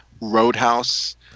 Roadhouse